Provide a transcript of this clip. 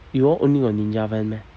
you all only got ninja van meh